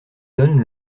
donne